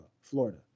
Florida